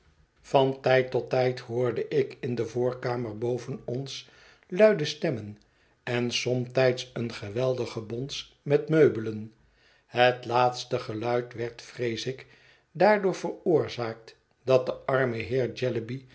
van tijd tot tijd hoorde ik in de voorkamer boven ons luide stemmen en somtijds een geweldig gebons met meubelen het laatste geluid werd vrees ik daardoor veroorzaakt dat de arme